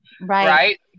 right